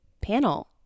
panel